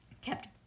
kept